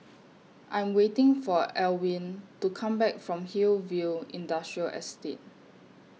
I'm waiting For Alwine to Come Back from Hillview Industrial Estate